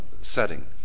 setting